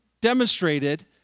demonstrated